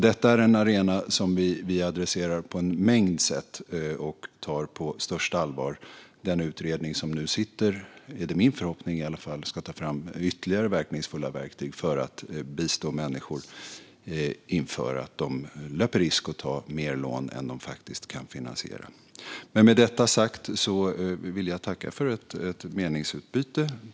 Detta är en arena som vi adresserar på en mängd sätt och tar på största allvar. Det är min förhoppning att den utredning som nu sitter ska ta fram ytterligare verkningsfulla verktyg för att bistå människor inför att de löper risk att ta mer lån än de faktiskt kan finansiera. Med detta sagt vill jag tacka för ett trevligt meningsutbyte.